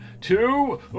two